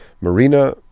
Marina